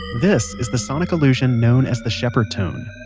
this is the sonic illusion known as the shepard tone,